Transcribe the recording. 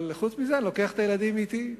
אבל חוץ מזה אני לוקח את הילדים אתי.